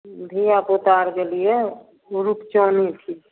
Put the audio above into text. धिआपुता आओरके लिए रुपचने ठीक